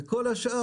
וכל השאר,